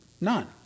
None